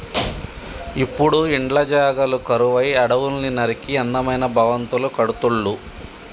ఇప్పుడు ఇండ్ల జాగలు కరువై అడవుల్ని నరికి అందమైన భవంతులు కడుతుళ్ళు